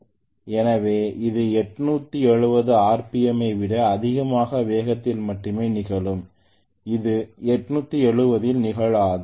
எனவே இது 870 ஆர்பிஎம் ஐ விட அதிகமான வேகத்தில் மட்டுமே நிகழும் இது 870 இல் நிகழாது